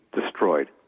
destroyed